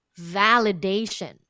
validation